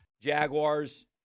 Jaguars